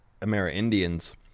Amerindians